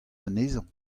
anezhañ